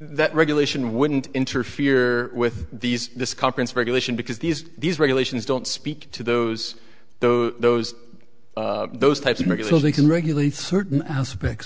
that regulation wouldn't interfere with these this conference regulation because these these regulations don't speak to those though those those types of magazines they can regulate certain aspects